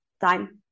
time